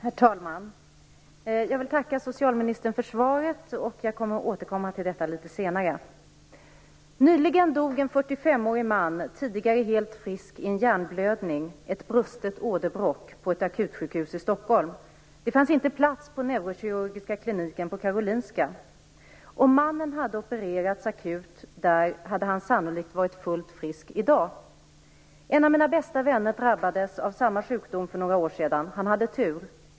Herr talman! Jag tackar socialministern för svaret, som jag kommer att återkomma till litet senare. Nyligen dog en tidigare helt frisk 45-årig man i en hjärnblödning, ett brustet åderbråck, på ett akutsjukhus i Stockholm. Det fanns inte plats på neurokirurgiska kliniken på Karolinska. Om mannen hade opererats akut där hade han sannolikt varit fullt frisk i dag. En av mina bästa vänner drabbades av samma sjukdom för några år sedan. Han hade tur.